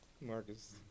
Marcus